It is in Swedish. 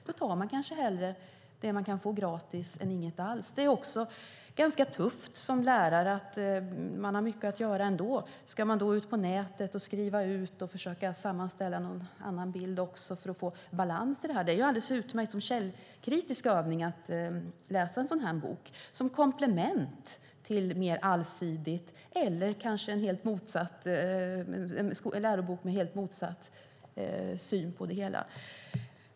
Då tar man kanske hellre det man kan få gratis än inget alls. Det är också ganska tufft att vara lärare. De har mycket att göra ändå. Ska de dessutom gå ut på nätet, skriva ut och försöka sammanställa en annan bild för att få balans i detta? Det är alldeles utmärkt att läsa en sådan här bok som en källkritisk övning och som komplement till en mer allsidig lärobok eller en lärobok med helt motsatt syn på det hela.